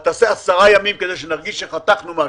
תעשה 10 ימים כדי שנרגיש שחתכנו משהו.